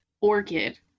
orchid